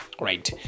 right